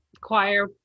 choir